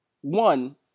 one